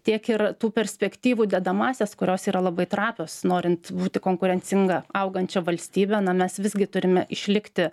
tiek ir tų perspektyvų dedamąsias kurios yra labai trapios norint būti konkurencinga augančia valstybe na mes visgi turime išlikti